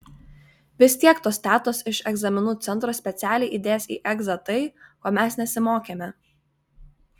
vis tiek tos tetos iš egzaminų centro specialiai įdės į egzą tai ko mes nesimokėme